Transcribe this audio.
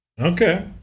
Okay